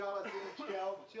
אפשר לשים את שתי האופציות?